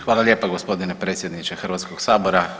Hvala lijepa gospodine predsjedniče Hrvatskog sabora.